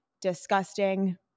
disgusting